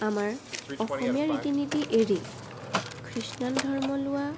আমাৰ অসমীয়া ৰীতি নীতি এৰি খ্ৰীষ্টান ধৰ্ম লোৱা